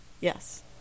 Yes